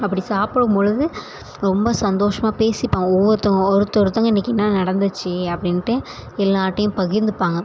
அப்படி சாப்பிடும் பொழுது ரொம்ப சந்தோஷமாக பேசிப்பாங்க ஒவ்வொருத்தவங்க ஒருத்தங்க ஒருத்தங்க இன்றைக்கி என்ன நடந்திச்சு அப்படின்ட்டு எல்லார்கிட்டையும் பகிர்ந்துப்பாங்க